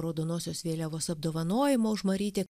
raudonosios vėliavos apdovanojimą už marytę